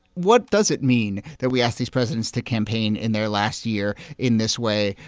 what does it mean that we ask these presidents to campaign in their last year in this way?